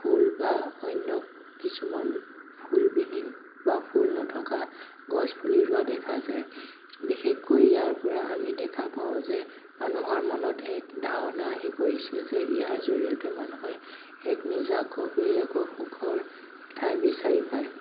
ফুল বা অন্য কিছুমান ফুলবিহীন বা ফুল নথকা গছ পুলি ৰুৱা দেখা যায় বিশেষকৈ ইয়াৰ পৰা আমি দেখা পাওঁ যে মানুহৰ মনত এক ধাৰণা আহি পৰিছে যে ইয়াৰ জড়িয়তে মানুহে এক নিজাববীয়াকৈ সুখৰ ঠাই বিচাৰি পায়